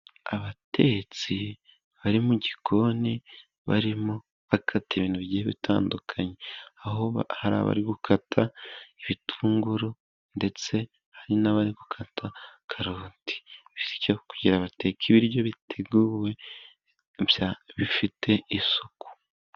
Abatetsi bari mu gikoni barimo bakata ibintu bigiye bitandukanye, aho hari abari gukata ibitunguru, ndetse hari n'abari gukata karoti, bityo kugira ngo bateka ibiryo biteguwe bifite isuku.